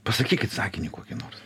pasakykit sakinį kokį nors